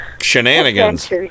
Shenanigans